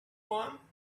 one